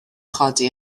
chodi